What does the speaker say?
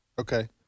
Okay